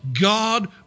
God